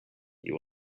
you